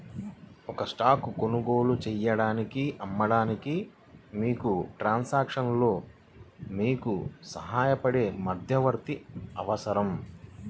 ఒక స్టాక్ కొనుగోలు చేయడానికి, అమ్మడానికి, మీకు ట్రాన్సాక్షన్లో మీకు సహాయపడే మధ్యవర్తి అవసరం